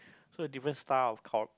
so different style of